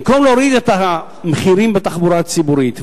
במקום להוריד את המחירים בתחבורה הציבורית,